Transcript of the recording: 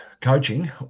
coaching